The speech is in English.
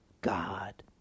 God